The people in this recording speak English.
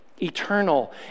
eternal